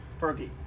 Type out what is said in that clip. Fergie